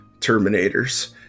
Terminators